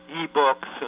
e-books